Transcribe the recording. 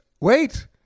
wait